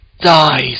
dies